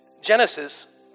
Genesis